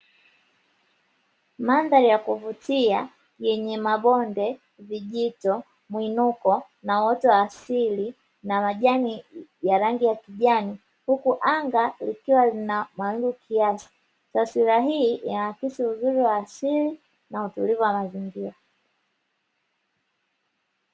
Mandhari ya kuvutia yenye mabonde, vijito, mwinuko na uoto wa asili na majani ya rangi ya kijani; huku anga likiwa lina mawingu kiasi, taswira hii inaashiria uzuri wa asili na utulivu wa mazingira.